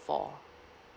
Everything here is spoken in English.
for